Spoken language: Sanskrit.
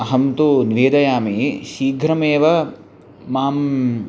अहं तु निवेदयामि शीघ्रमेव माम्